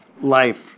life